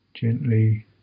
gently